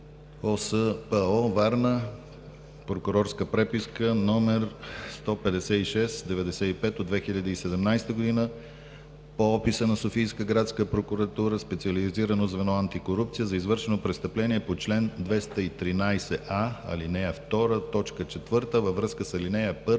ОСлО – Варна, прокурорска преписка № 156-95 от 2017 г. по описа на Софийска градска прокуратура, специализирано звено „Антикорупция“ за извършено престъпление по чл. 213а, ал. 2, т. 4, във връзка с ал. 1